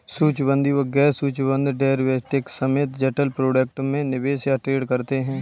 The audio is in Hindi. सूचीबद्ध व गैर सूचीबद्ध डेरिवेटिव्स समेत जटिल प्रोडक्ट में निवेश या ट्रेड करते हैं